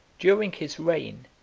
during his reign,